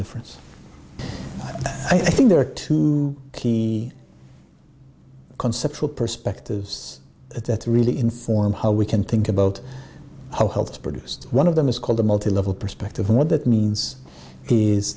difference i think there are two key conceptual perspectives that really inform how we can think about how health produced one of them is called a multi level perspective what that means is